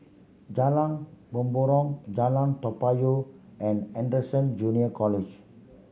Jalan Mempurong Jalan Toa Payoh and Anderson Junior College